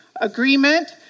agreement